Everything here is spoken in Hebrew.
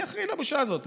מי אחראי לבושה הזאת?